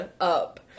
up